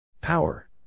Power